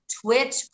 Twitch